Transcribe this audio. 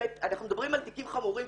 ואנחנו מדברים על תיקים חמורים,